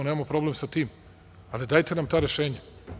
Nemamo problem sa tim, ali dajte nam ta rešenja.